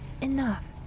enough